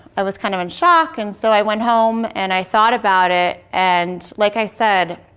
i was kind of in shock, and so i went home and i thought about it. and like i said,